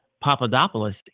Papadopoulos